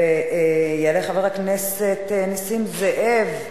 יעלה חבר הכנסת נסים זאב,